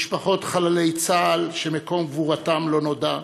משפחות חללי צה"ל שמקום קבורתם לא נודע,